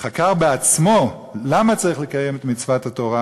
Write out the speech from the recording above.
חקר בעצמו למה צריך לקיים את מצוות התורה,